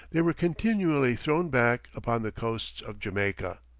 they were continually thrown back upon the coasts of jamaica.